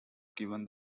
given